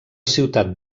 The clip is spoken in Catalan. ciutat